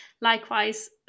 likewise